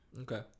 Okay